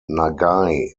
nagai